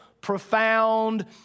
profound